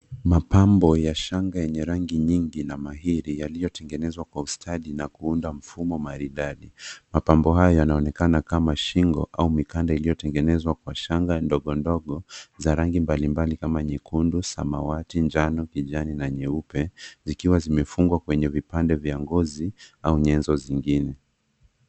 Mapambo ya shanga yenye rangi nyingi na mahiri yaliotengenezwa ka ustadi na kuunda mfumo maridadi. Mapambo haya yanaonekana kama shingo au mikanda iliyotengenezwa kwa shanga ndogo dogo za rangi mbalimbali kama vile nyekundu, samawati, njano na nyeupe zikiwa zimefungwa kwa vipande vya ngozi au nyenzo zingine.